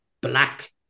black